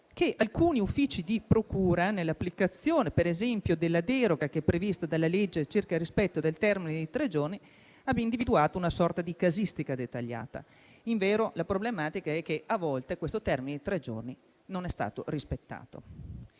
che alcuni uffici di procura, per esempio, nell'applicazione della deroga prevista dalla legge circa il rispetto del termine dei tre giorni hanno individuato una sorta di casistica dettagliata. Invero, la problematica è che, a volte, il termine dei tre giorni non è stato rispettato.